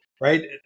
right